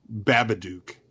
Babadook